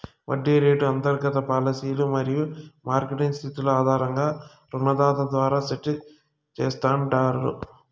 వడ్డీ రేటు అంతర్గత పాలసీలు మరియు మార్కెట్ స్థితుల ఆధారంగా రుణదాత ద్వారా సెట్ చేస్తాండారు